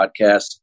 podcast